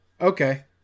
Okay